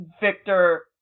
Victor